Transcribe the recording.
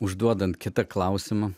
užduodant kitą klausimą